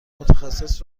متخصص